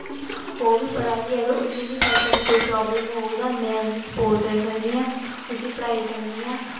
ओह्बी पढ़ा दी ऐ ते अगर कल्ल तक उसी बी कोई प्रॉब्लम होग में उसी स्पोर्ट करी सकनी आं उसी पढ़ाई सकनी आं